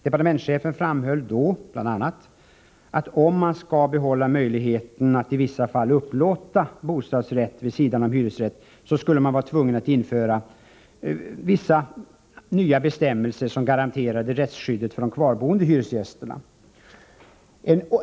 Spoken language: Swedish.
Departementschefen framhöll då bl.a. att om man skulle behålla möjligheten att i vissa fall upplåta bostadsrätt vid sidan av hyresrätt skulle man vara tvungen att införa vissa nya bestämmelser som garanterade rättsskyddet för de kvarboende hyresgästerna.